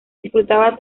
disfrutaba